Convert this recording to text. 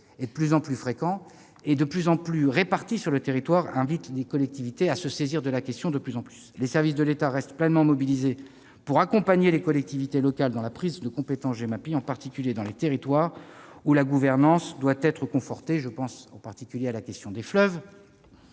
de plus en plus fréquents et de plus en plus répartis sur le territoire amènent les collectivités à se saisir davantage de la question. Les services de l'État restent pleinement mobilisés pour accompagner les collectivités locales dans la prise de compétence Gemapi, en particulier dans les territoires où la gouvernance doit encore être confortée. Je pense, notamment, à la question des fleuves-